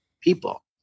people